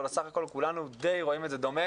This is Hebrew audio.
אבל בסך הכול כולנו די רואים את זה דומה